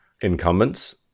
incumbents